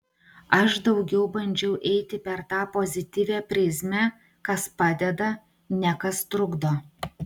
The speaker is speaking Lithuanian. aš daugiau bandžiau eiti per tą pozityvią prizmę kas padeda ne kas trukdo